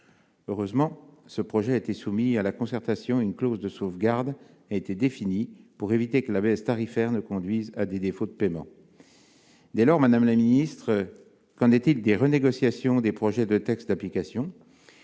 Heureusement, ce projet a été soumis à la concertation, et une clause de sauvegarde a été définie pour éviter que la baisse tarifaire ne conduise à des défauts de paiement. Dès lors, madame la ministre, qu'en est-il des renégociations des projets de textes d'application ?